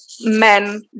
men